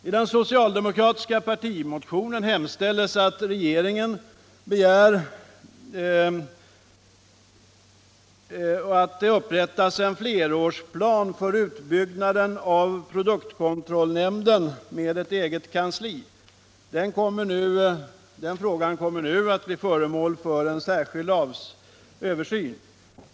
I den socialdemokratiska partimotionen hemställs att riksdagen begär att regeringen upprättar en flerårsplan för utbyggnaden av produktkontrollnämnden med eget kansli. Den frågan kommer nu att bli föremål för en särskild översyn.